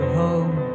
home